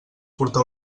portar